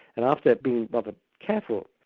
and after that, being rather careful,